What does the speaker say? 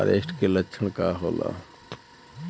फारेस्ट के लक्षण का होला?